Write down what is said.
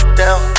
down